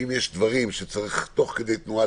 אם יש דברים שצריך לשנות תוך כדי תנועה